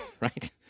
right